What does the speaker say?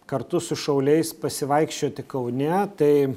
kartu su šauliais pasivaikščioti kaune tai